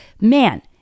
Man